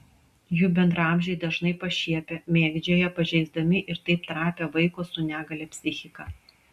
jų bendraamžiai dažnai pašiepia mėgdžioja pažeisdami ir taip trapią vaiko su negalia psichiką